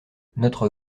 notre